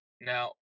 Now